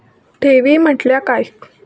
ठेवी म्हटल्या काय?